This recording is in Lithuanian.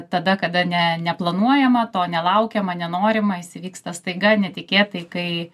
tada kada ne neplanuojama to nelaukiama nenorima jis įvyksta staiga netikėtai kai